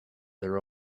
their